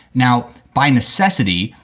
now, by necessity,